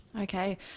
Okay